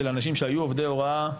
של אנשים שהיו עובדי הוראה,